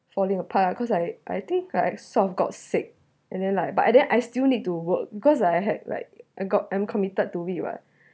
falling apart because I I think I sort of got sick and then like but and then like I still need to work because I had like I got I'm committed to it what